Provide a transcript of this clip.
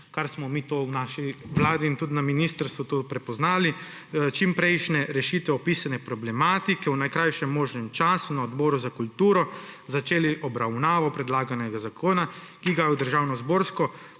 kar smo mi v naši vladi in tudi na ministrstvu prepoznali, »čimprejšnje rešitve opisane problematike v najkrajšem možnem času na Odboru za kulturo, začeli obravnavo predlaganega zakona, ki ga je v državnozborsko